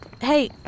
Hey